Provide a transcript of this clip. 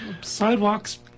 Sidewalks